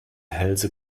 hälse